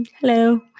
hello